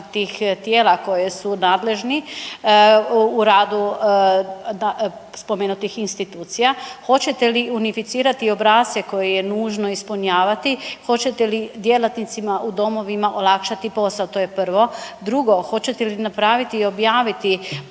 tijela koje su nadležni u radu spomenutih institucija. Hoćete li unificirati obrasce koje je nužno ispunjavati? Hoćete li djelatnicima u domovima olakšati posao? To je prvo. Drugo, hoćete li napraviti i objaviti